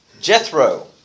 Jethro